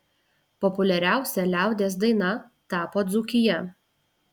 populiariausia liaudies daina tapo dzūkija